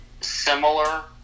similar